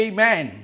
Amen